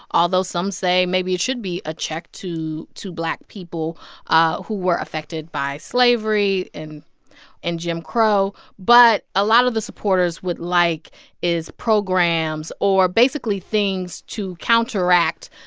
although some say maybe it should be a check, to to black people ah who were affected by slavery and jim crow. but a lot of the supporters would like is programs or basically things to counteract,